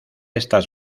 estas